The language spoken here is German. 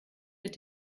mit